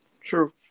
True